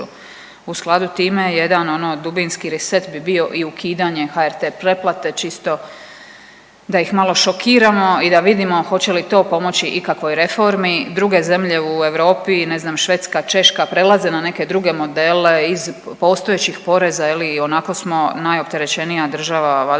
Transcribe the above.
U skladu time jedan ono dubinski reset bi bio i ukidanje HRT pretplate čisto da ih malo šokiramo i da vidimo hoće li to pomoći ikakvoj reformi. Druge zemlje u Europi ne znam Švedska, Češka prelaze na neke druge modele iz postojećih poreza je li i onako smo najopterećenija država valjda